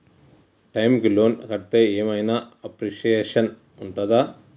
Time కి loan కడ్తే ఏం ఐనా అప్రిషియేషన్ ఉంటదా?